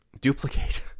duplicate